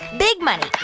big money.